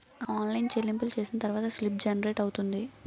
online చెల్లింపులు చేసిన తర్వాత స్లిప్ జనరేట్ అవుతుంది